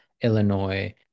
Illinois